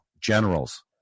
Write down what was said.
Generals